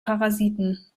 parasiten